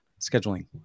scheduling